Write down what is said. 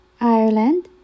Ireland